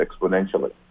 exponentially